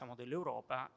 dell'Europa